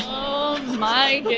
oh my